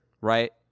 Right